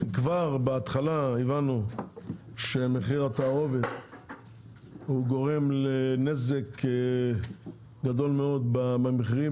כבר בהתחלה הבנו שמחיר התערובת הוא גורם לנזק גדול מאוד במחירים,